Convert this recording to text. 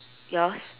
yours